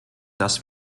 dass